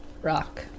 rock